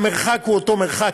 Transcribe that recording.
המרחק הוא אותו מרחק.